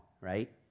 right